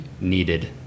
needed